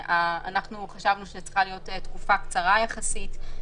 אנחנו חשבנו שצריכה להיות תקופה קצרה יחסית,